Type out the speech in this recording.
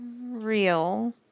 Real